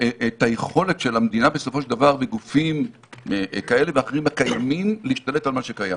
את היכולת של המדינה ושל גופים כאלה ואחרים הקיימים להשתלט על מה שקיים,